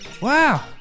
Wow